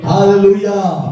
Hallelujah